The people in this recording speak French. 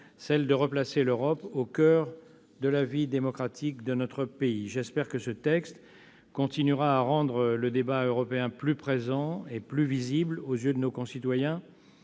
celle de replacer l'Europe au coeur de la vie démocratique de notre pays. J'espère que ce texte contribuera à rendre le débat européen plus présent et plus visible aux yeux de nos concitoyens